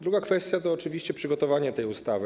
Druga kwestia to oczywiście przygotowanie tej ustawy.